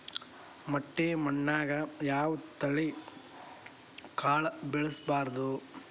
ಮಟ್ಟಿ ಮಣ್ಣಾಗ್, ಯಾವ ತಳಿ ಕಾಳ ಬೆಳ್ಸಬೋದು?